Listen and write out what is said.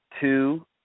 Two